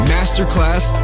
Masterclass